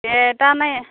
दे दा नै